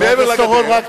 חבר הכנסת אורון,